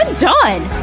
done!